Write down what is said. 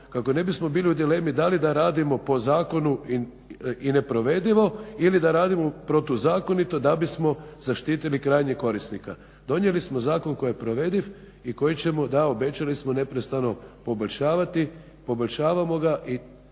kako ne bismo bili u dilemi da li da radimo po zakonu i neprovedivo ili da radimo protuzakonito da bismo zaštitili krajnje korisnike. Donijeli smo zakon koji je provediv i koji ćemo da, obećali smo, neprestano poboljšavati, poboljšavamo ga i